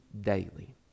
daily